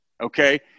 Okay